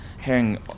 hearing